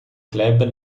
club